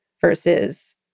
versus